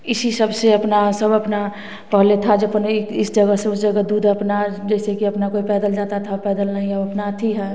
इसी सबसे अपना सब अपना पहले था जो अपने इस जगह से उस जगह दूध अपना जैसे कि अपना कोई पैदल जाता था पैदल नहीं है उत नाती है